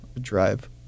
drive